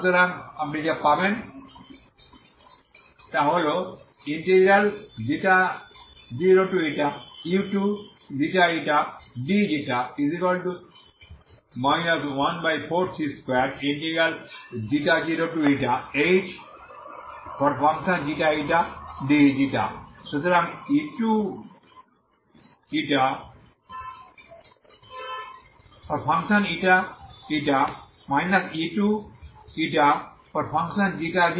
সুতরাং আপনি যা পাবেন 0u2ξη dξ 14c20hξηdξ সুতরাং এটি u2ηη u20ηহয়ে যায়